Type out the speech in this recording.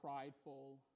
prideful